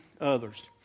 others